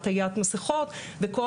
עטיית מסיכות וכל